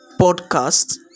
podcast